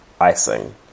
icing